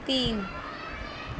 तीन